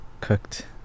cooked